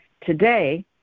today